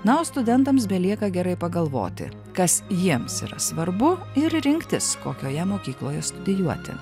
nu o studentams belieka gerai pagalvoti kas jiems yra svarbu ir rinktis kokioje mokykloje studijuoti